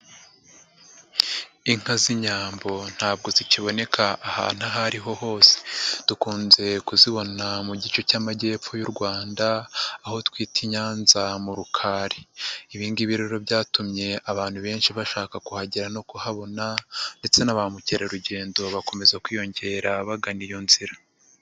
Inka z'inyambo ntabwo zikiboneka ahantu aho ariho hose. Dukunze kuzibona mu gice cy'amajyepfo y'u Rwanda, aho twita i Nyanza mu Rukari. Ibi ngibi roro byatumye abantu benshi bashaka kuhagera no kuhabona ndetse na ba mukerarugendo bakomeza kwiyongera bagana iyo nzira.